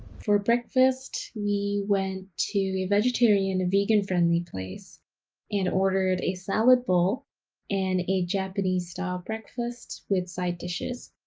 for breakfast, we went to a vegetarian a vegan-friendly place and ordered a salad bowl and a japanese-style breakfast with side dishes.